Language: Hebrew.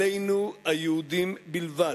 עלינו, היהודים בלבד,